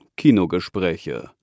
Kinogespräche